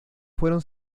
fueron